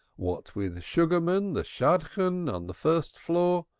what with sugarman the shadchan, on the first floor,